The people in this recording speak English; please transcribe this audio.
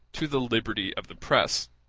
to the liberty of the press.